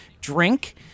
drink